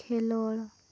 ᱠᱷᱮᱞᱳᱲ